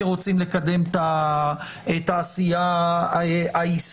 כי רוצים לקדם את התעשייה הישראלית,